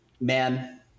Man